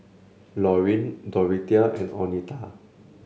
Lauryn Dorothea and Oneta